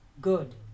good